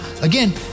Again